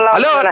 hello